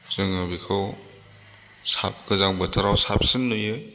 जोङो बेखौ गोजां बोथोराव साबसिन नुयो